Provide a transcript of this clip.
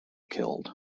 killed